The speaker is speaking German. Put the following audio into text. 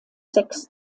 sechs